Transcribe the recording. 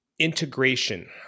integration